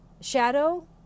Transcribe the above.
shadow